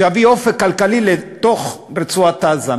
שיביא אופק כלכלי לתוך רצועת-עזה.